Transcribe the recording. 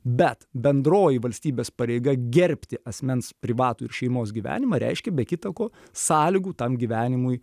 bet bendroji valstybės pareiga gerbti asmens privatų ir šeimos gyvenimą reiškia be kita ko sąlygų tam gyvenimui